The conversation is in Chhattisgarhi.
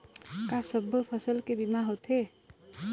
का सब्बो फसल के बीमा होथे?